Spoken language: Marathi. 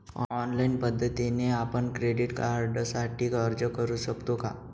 ऑनलाईन पद्धतीने आपण क्रेडिट कार्डसाठी अर्ज करु शकतो का?